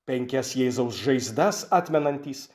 penkias jėzaus žaizdas atmenantys